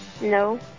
No